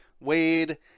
Wade